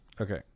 Okay